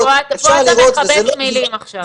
אפשר לראות --- נו, פה אתה מכבס מילים עכשיו.